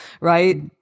right